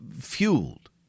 fueled